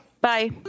bye